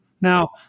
Now